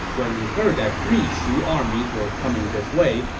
when he heard that three shu armies were coming this way,